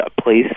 please